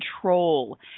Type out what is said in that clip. control